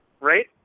right